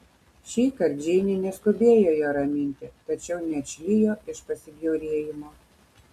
šįkart džeinė neskubėjo jo raminti tačiau neatšlijo iš pasibjaurėjimo